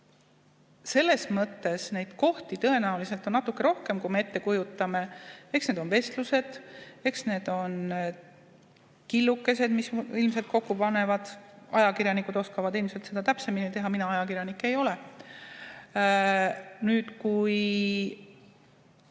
selles mõttes neid kohti tõenäoliselt on natuke rohkem, kui me ette kujutame. Eks need on vestlused, eks need on killukesed, mida kokku pannakse. Ajakirjanikud oskavad seda ilmselt täpsemini teha, mina ajakirjanik ei ole. Kui